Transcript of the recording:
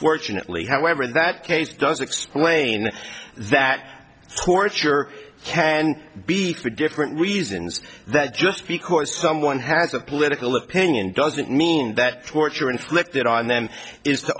fortunately however in that case does explain that torture can be for different reasons that just because someone has a political opinion doesn't mean that torture inflicted on them is to